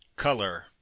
Color